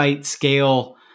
scale